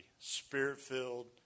spirit-filled